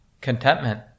contentment